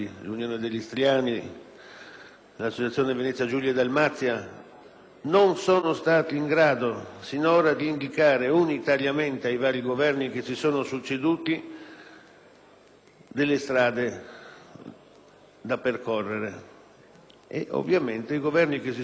l'Associazione Venezia Giulia e Dalmazia), non è stato in grado sinora di indicare unitariamente ai vari Governi che si sono succeduti delle strade da percorrere. Ovviamente, i Governi che si sono succeduti